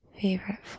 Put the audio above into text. favorite